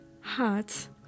heart's